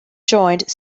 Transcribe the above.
joined